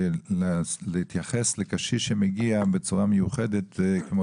להתייחס לקשיש שמגיע בצורה מיוחדת כמו